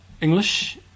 English